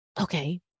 Okay